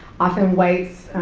often whites,